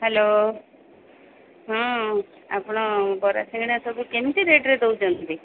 hello ହଁ ଆପଣ ବରା ସିଙ୍ଗଡ଼ା ସବୁ କେମିତି ରେଟ୍ରେ ଦେଉଛନ୍ତି